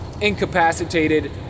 incapacitated